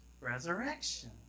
resurrection